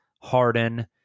Harden